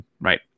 right